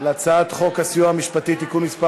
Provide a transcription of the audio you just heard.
על הצעת חוק הסיוע המשפטי (תיקון מס'